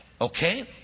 okay